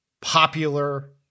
popular